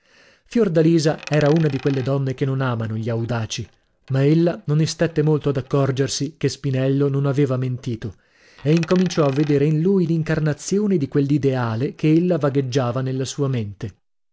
fiordalisa era una di quelle donne che non amano gli audaci ma ella non istette molto ad accorgersi che spinello non aveva mentito e incominciò a vedere in lui l'incarnazione di quell'ideale che ella vagheggiava nella sua mente